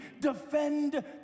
defend